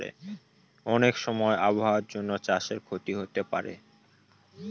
অনেক সময় আবহাওয়ার জন্য চাষে ক্ষতি হতে পারে